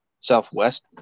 Southwest